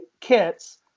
kits